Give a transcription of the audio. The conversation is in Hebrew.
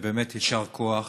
ובאמת יישר כוח.